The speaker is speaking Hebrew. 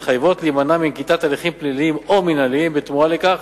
מתחייבות להימנע מנקיטת הליכים פליליים או מינהליים בתמורה לכך